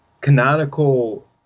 canonical